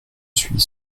suis